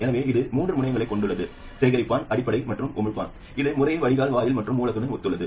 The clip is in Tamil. எனவே இது மூன்று முனையங்களைக் கொண்டுள்ளது சேகரிப்பான் அடிப்படை மற்றும் உமிழ்ப்பான் இது முறையே வடிகால் வாயில் மற்றும் மூலத்துடன் ஒத்துள்ளது